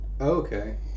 Okay